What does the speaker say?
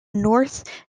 north